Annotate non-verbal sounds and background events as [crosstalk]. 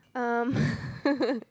um [laughs]